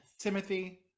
Timothy